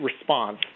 response